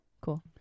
Cool